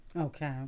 Okay